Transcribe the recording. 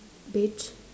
beige